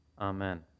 amen